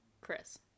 Chris